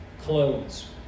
clothes